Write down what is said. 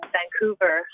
Vancouver